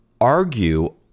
argue